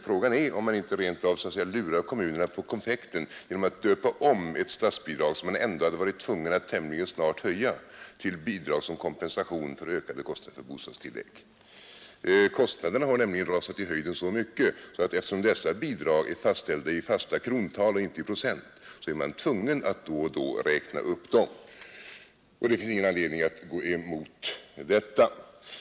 Frågan är om man inte rent av så att säga lurar kommunerna på konfekten genom att döpa om det statsbidrag, som man ändå hade varit tvungen att tämligen snart höja, till bidrag som kompensation för ökade kostnader för bostadstillägg. Kostnaderna har nämligen ökat i hög grad, och eftersom bidragen är fastställda i krontal och inte i procent, är man tvungen att då och då räkna upp dem, och det finns ingen anledning att gå emot detta.